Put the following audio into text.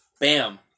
bam